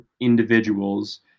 individuals